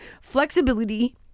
Flexibility